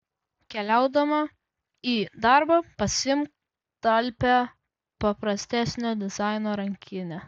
keliaudama į darbą pasiimk talpią paprastesnio dizaino rankinę